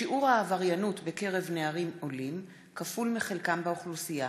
שיעור העבריינות בקרב נערים עולים כפול מחלקם באוכלוסייה,